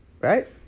Right